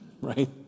Right